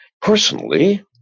personally